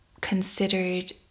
considered